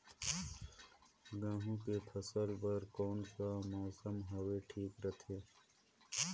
गहूं के फसल बर कौन सा मौसम हवे ठीक रथे?